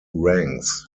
ranks